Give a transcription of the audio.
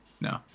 No